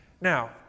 Now